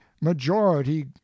majority